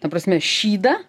ta prasme šydą